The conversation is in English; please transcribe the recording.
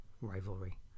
rivalry